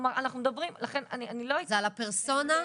לכן אנחנו מדברים -- זה על הפרסונה.